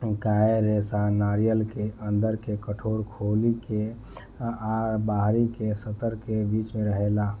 coir रेशा नारियर के अंदर के कठोर खोली आ बाहरी के सतह के बीच में रहेला